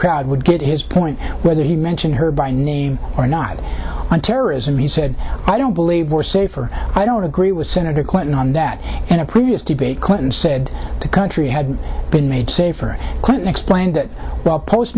crowd would get his point whether he mentioned her by name or not on terrorism he said i don't believe we're safer i don't agree with senator clinton on that in a previous debate clinton said the country had been made safer clinton explained